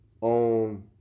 on